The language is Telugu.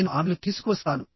నేను ఆమెను తీసుకువస్తాను